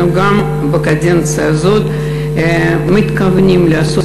אנחנו גם בקדנציה הזאת מתכוונים לעשות